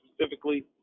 specifically